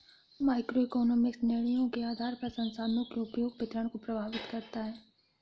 microeconomics निर्णयों के आधार पर संसाधनों के उपयोग और वितरण को प्रभावित करता है